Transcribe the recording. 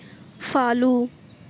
follow